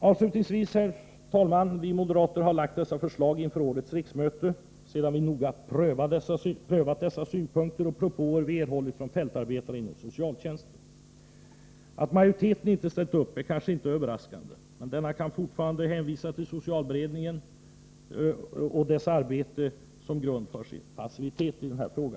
Avslutningsvis vill jag säga att vi moderater har lagt fram dessa förslag inför årets riksmöte sedan vi noga har prövat de synpunkter och propåer som vi erhållit från fältarbetare inom socialtjänsten. Att majoriteten inte har ställt upp är kanske inte överraskande. Den kan fortfarande hänvisa till socialberedningen och dess arbete såsom grund för sin passivitet i denna fråga.